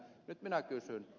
nyt minä kysyn